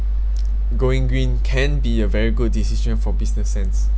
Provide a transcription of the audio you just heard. going green can be a very good decision for business sense